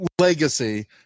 legacy